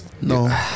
no